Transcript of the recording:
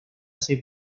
hace